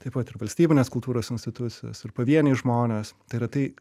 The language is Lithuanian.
taip pat ir valstybinės kultūros institucijos ir pavieniai žmonės tai yra tai